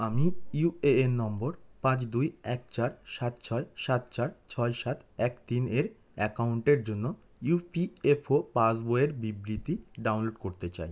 আমি UAN number পাঁচ দুই এক চার সাত ছয় সাত চার ছয় সাত এক তিন এর অ্যাকাউন্টের জন্য ইউপিএফও পাসবইয়ের বিবৃতি ডাউনলোড করতে চাই